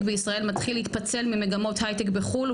בישראל מתחיל להתפצל ממגמות הייטק בחו"ל,